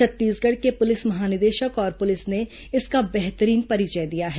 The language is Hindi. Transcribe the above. छत्तीसगढ़ के पुलिस महानिदेशक और पुलिस ने इसका बेहतरीन परिचय दिया है